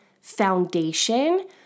foundation